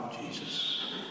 Jesus